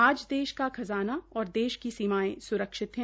आज देश का खजाना और देश की सीमाएं सुरक्षित है